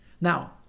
Now